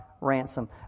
ransom